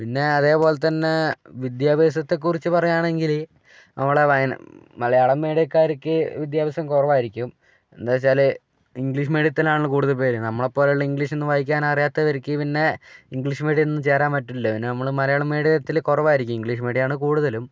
പിന്നെ അതുപോലെതന്നെ വിദ്യാഭ്യാസത്തെക്കുറിച്ച് പറയുകയാണെങ്കിൽ നമ്മുടെ മലയാളം മീഡിയക്കാർക്ക് വിദ്യാഭ്യാസം കുറവായിരിക്കും എന്താണെന്നു വച്ചാൽ ഇംഗ്ലീഷ് മീഡിയത്തിലാണ് കൂടുതൽപ്പേര് നമ്മളെപ്പോലെ ഉള്ളത് ഇംഗ്ലീഷൊന്നും വായിക്കാനറിയാത്തവർക്ക് പിന്നെ ഇംഗ്ലീഷ് മീഡിയമൊന്നും ചേരാൻ പറ്റില്ല പിന്നെ നമ്മൾ മലയാളം മീഡിയത്തിൽ കുറവായിരിക്കും ഇംഗ്ലീഷ് മീഡിയമാണ് കൂടുതലും